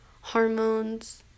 hormones